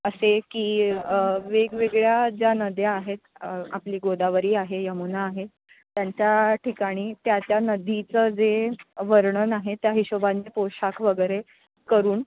असे की वेगवेगळ्या ज्या नद्या आहेत आपली गोदावरी आहे यमुना आहे त्यांच्या ठिकाणी त्या त्या नदीचं जे वर्णन आहे त्या हिशोबाने पोशाख वगैरे करून